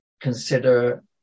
consider